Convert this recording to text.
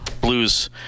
Blues